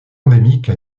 endémique